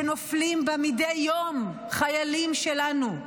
שנופלים בה מדי יום חיילים שלנו,